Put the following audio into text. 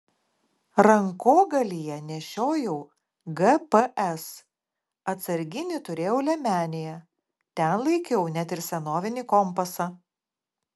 rankogalyje nešiojau gps atsarginį turėjau liemenėje ten laikiau net ir senovinį kompasą